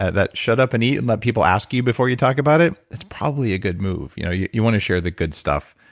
that shut up and eat and let people ask you before you talk about it is probably a good move. you know you you want to share the good stuff,